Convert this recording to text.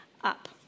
up